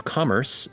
Commerce